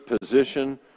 position